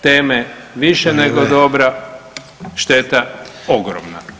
Teme više nego [[Upadica: Vrijeme.]] dobra, šteta ogromna.